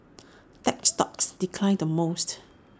tech stocks declined the most